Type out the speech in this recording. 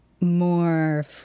more